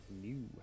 New